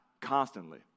constantly